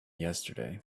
yesterday